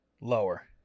lower